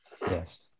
Yes